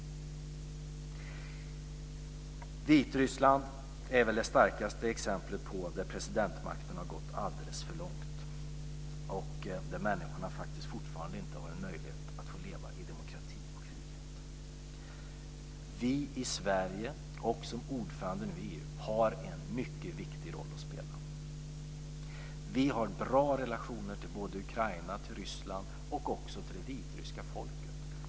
Vitryssland är väl det starkaste exemplet på ett land där presidentmakten har gått alldeles för långt och där människorna faktiskt fortfarande inte har en möjlighet att få leva i demokrati och frihet. Vi i Sverige har, också nu som ordförande i EU, en mycket viktig roll att spela. Vi har goda relationer till både Ukraina och Ryssland - och också till det vitryska folket.